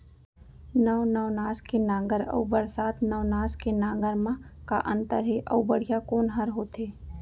नौ नवनास के नांगर अऊ बरसात नवनास के नांगर मा का अन्तर हे अऊ बढ़िया कोन हर होथे?